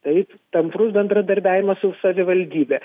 taip tamprus bendradarbiavimas su savivaldybe